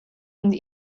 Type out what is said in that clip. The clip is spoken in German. und